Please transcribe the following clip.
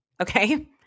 okay